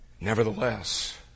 Nevertheless